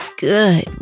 good